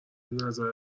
نظر